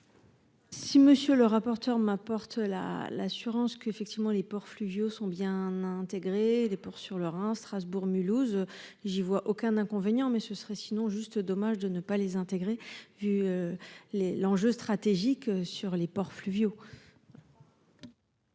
Si monsieur le rapporteur. Ma porte là l'assurance qu'effectivement les ports fluviaux sont bien intégrés les porcs sur le Rhin, Strasbourg, Mulhouse, j'y vois aucun inconvénient mais ce serait sinon juste dommage de ne pas les intégrer vu. Les l'enjeu stratégique sur les ports fluviaux.